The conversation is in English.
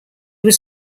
was